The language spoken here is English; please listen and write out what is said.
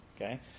okay